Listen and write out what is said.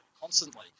constantly